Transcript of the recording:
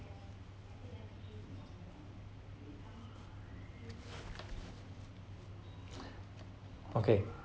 okay